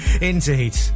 Indeed